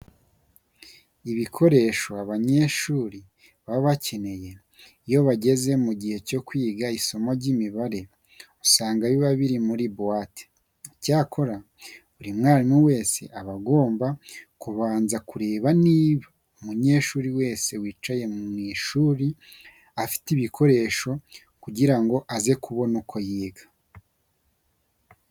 Ibikoresho abanyeshuri baba bakeneye iyo bageze mu gihe cyo kwiga isomo ry'imibare usanga biba biri muri buwate. Icyakora buri mwarimu wese aba agomba kubanza kureba niba umunyeshuri wese wicaye mu ishuri afite ibi bikoresho kugira ngo aze kubona uko yiga.